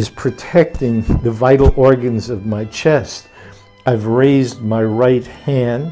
is protecting the vital organs of my chest i've raised my right hand